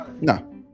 no